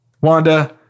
Wanda